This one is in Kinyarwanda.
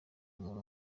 muntu